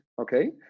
okay